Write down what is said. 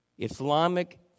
Islamic